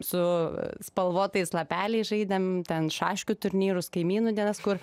su spalvotais lapeliais žaidėm ten šaškių turnyrus kaimynų dienas kur